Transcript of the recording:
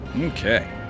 okay